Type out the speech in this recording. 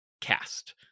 cast